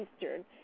Eastern